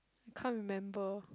can't remember